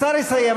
השר יסיים,